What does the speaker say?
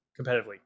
competitively